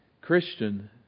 Christian